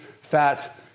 fat